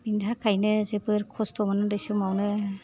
बिनि थाखायनो जोबोर खस्थ'मोन उन्दै समावनो